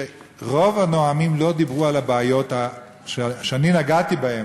שרוב הנואמים לא דיברו על הבעיות שאני נגעתי בהן.